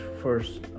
first